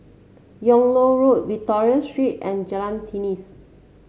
Yung Loh Road Victoria Street and Jalan